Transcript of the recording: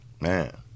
Man